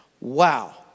Wow